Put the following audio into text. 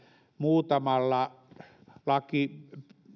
muutamalla